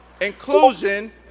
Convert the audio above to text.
inclusion